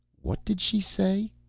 what did she say?